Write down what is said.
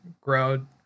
grow